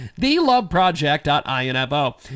theloveproject.info